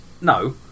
No